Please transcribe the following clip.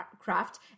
craft